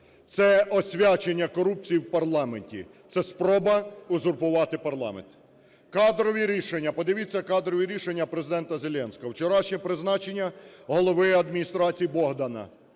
це освячення корупції в парламенті, це спроба узурпувати парламент. Кадрові рішення. Подивіться кадрові рішення Президента Зеленського. Вчорашнє призначення Глави Адміністрації Богдана,